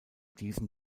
diesen